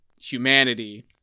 humanity